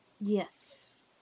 Yes